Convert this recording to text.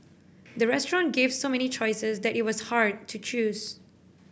the restaurant gave so many choices that it was hard to choose